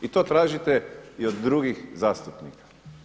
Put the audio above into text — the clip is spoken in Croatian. I to tražite i od drugih zastupnika.